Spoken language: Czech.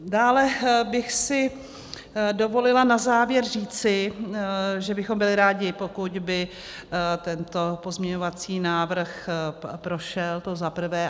Dále bych si dovolila na závěr říci, že bychom byli rádi, pokud by tento pozměňovací návrh prošel to za prvé.